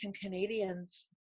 Canadians